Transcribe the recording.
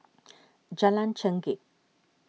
Jalan Chengkek